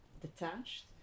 detached